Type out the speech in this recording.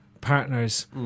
partner's